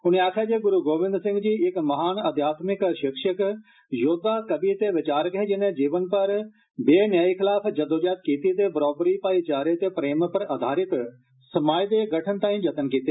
उन्ने आक्खेया जे गुरु गोविंद सिंह जी इक महान अध्यात्मिक शिक्षक योद्वा कवि ते विचारक हे जिनें जीवनबर बेन्यायी खलाफ जद्दोजहद कीती ते बरोबरी भाईचारे ते प्रेम पर आधारित समाज दे गठन तांई जत्तन कीते